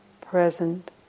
present